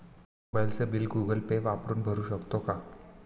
मोबाइलचे bill Google Pay वापरून भरू शकतो का?